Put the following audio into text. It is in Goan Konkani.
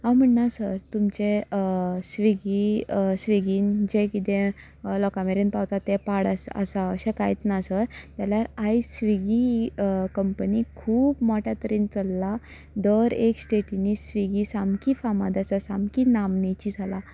हांव म्हणना सर तुमचे स्विगी स्विगीन जें कितें पावता तें पाड आसा अशें कांयत ना सर नाल्यार आयज स्विगी कंपनी खूब मोट्या तरेन चललां दर एक स्टेटींनी स्विगी सामकी फामाद आसा सामकी नामनेची जाला